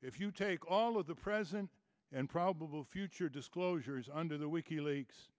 if you take all of the present and probable future disclosures under the week